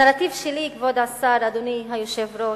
הנרטיב שלי, כבוד השר, אדוני היושב-ראש,